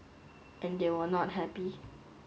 and they were not happy